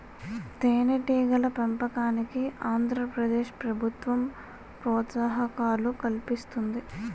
తేనెటీగల పెంపకానికి ఆంధ్ర ప్రదేశ్ ప్రభుత్వం ప్రోత్సాహకాలు కల్పిస్తుంది